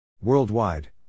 Worldwide